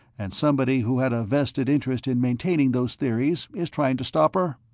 and somebody who had a vested interest in maintaining those theories is trying to stop her?